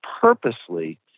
Purposely